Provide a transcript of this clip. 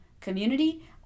community